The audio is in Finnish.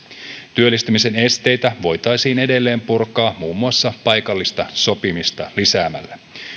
työllistämisen esteitä voitaisiin edelleen purkaa muun muassa paikallista sopimista lisäämällä